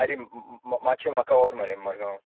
आरे मात्शे म्हाका व्हर मुरे मडगांव